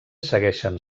segueixen